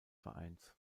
vereins